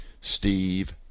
steve